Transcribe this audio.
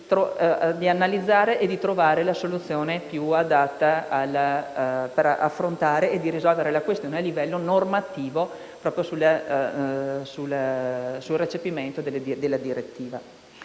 di analizzare e trovare la soluzione più adatta per affrontare e risolvere la questione a livello normativo, proprio con riferimento al recepimento della direttiva.